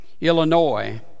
Illinois